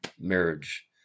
marriage